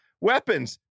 weapons